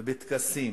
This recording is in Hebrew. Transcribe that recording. בטקסים